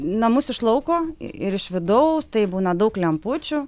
namus iš lauko ir iš vidaus taip būna daug lempučių